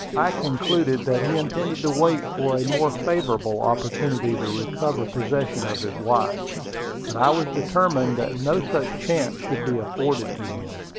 i concluded that he intended to wait for a more favorable opportunity to recover possession of his wife but i was determined that no such chance should be afforded to him.